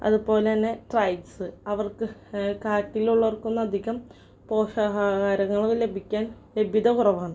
അതുപോലെ തന്നെ ട്രൈബ്സ് അവർക്ക് കാട്ടിലുള്ളവർക്കൊന്നും അധികം പോഷഹാരങ്ങൾ ലഭിക്കാൻ ലഭ്യത കുറവാണ്